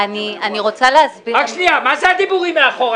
אני רוצה להסביר את ההבדל בין המכרז של